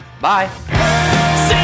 Bye